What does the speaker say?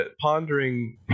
pondering